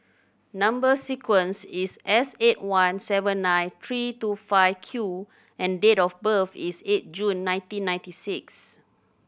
number sequence is S eight one seven nine three two five Q and date of birth is eight June nineteen ninety six